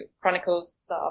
chronicles